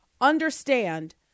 understand